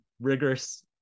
rigorous